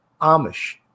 Amish